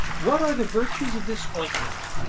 what are the virtues of this ointment?